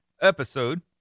episode